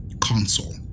console